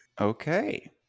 Okay